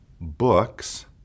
books